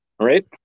right